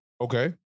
Okay